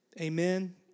Amen